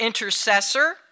intercessor